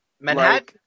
Manhattan